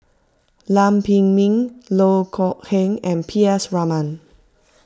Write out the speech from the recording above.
Lam Pin Min Loh Kok Heng and P S Raman